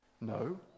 No